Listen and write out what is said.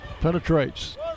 Penetrates